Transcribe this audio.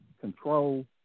control